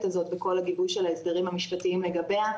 הזאת וכל הגיבוי של ההסדרים המשפטיים לגביה,